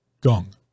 Gong